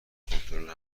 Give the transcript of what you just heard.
کنترل